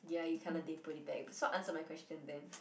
ya you kind of did put it back so answer my question then